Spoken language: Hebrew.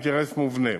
מובנה.